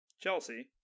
Chelsea